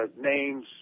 names